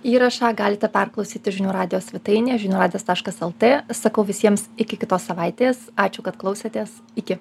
įrašą galite perklausyti žinių radijo svetainėj žinių radijas taškas lt sakau visiems iki kitos savaitės ačiū kad klausėtės iki